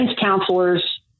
counselors